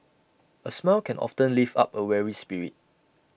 A smile can often lift up A weary spirit